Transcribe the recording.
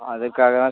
அதுக்காக தான்